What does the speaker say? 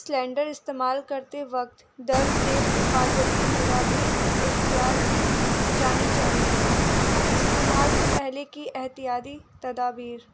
cylinder استعمال کرتے وقت درج ذیل حفاظتی تدابیر اختیار کی جانی چاہئیں استعمال سے پہلے کی احتیاطی تدابیر